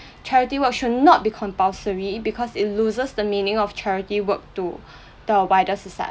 charity work should not be compulsory because it loses the meaning of charity work to the wider societal